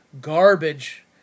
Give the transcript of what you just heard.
garbage